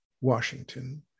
Washington